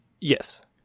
Yes